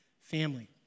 family